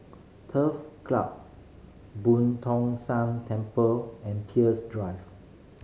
Turf Club Boon Tong San Temple and Peirce Drive